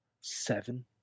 Seven